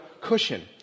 cushion